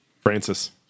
Francis